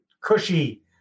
cushy